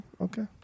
okay